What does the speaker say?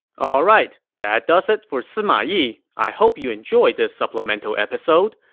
alright, that does it for sima yi. i hope you enjoyed this supplemental episode,